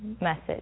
message